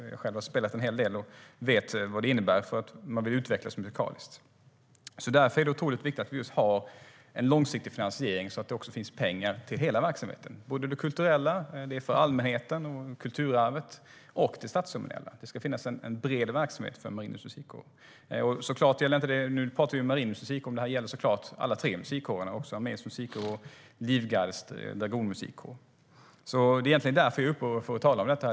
Jag har själv spelat en hel del och vet vad det innebär, för man vill utvecklas musikaliskt. Därför är det otroligt viktigt att vi har en långsiktig finansiering så att det finns pengar till hela verksamheten, både det kulturella, det för allmänheten och kulturarvet, och det statsceremoniella. Det ska finnas en bred verksamhet för Marinens musikkår. Nu pratar vi om Marinens musikkår, men detta gäller såklart alla tre musikkårerna, också Arméns musikkår och Livgardets dragonmusikkår. Det är egentligen därför jag är uppe och talar om detta.